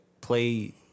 play